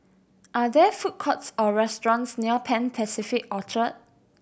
are there food courts or restaurants near Pan Pacific Orchard